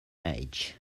age